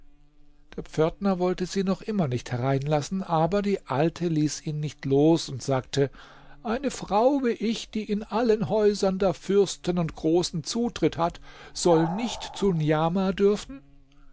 der pförtner wollte sie noch immer nicht hereinlassen aber die alte ließ ihn nicht los und sagte eine frau wie ich die in allen häusern der fürsten und großen zutritt hat soll nicht zu niamah dürfen